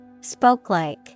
Spoke-like